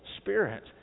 spirit